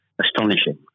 astonishing